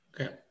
okay